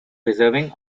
preserving